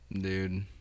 Dude